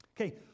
Okay